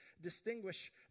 distinguish